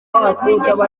amategeko